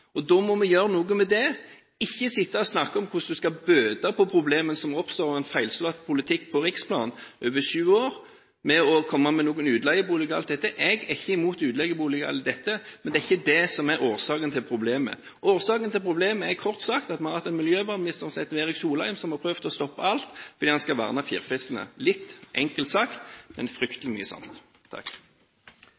Da må vi gjøre noe med det; ikke sitte og snakke om hvordan en skal bøte på problemene som oppstår med en feilslått politikk på riksplan over syv år med å komme med utleieboliger og alt dette. Jeg er ikke imot utleieboliger, men det er ikke det som er årsaken til problemet. Årsaken til problemet er kort sagt at man har hatt en miljøvernminister som heter Erik Solheim, som har prøvd å stoppe alt fordi han skal verne firfislene – litt enkelt sagt, men